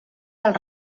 del